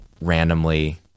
randomly